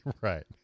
Right